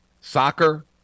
Soccer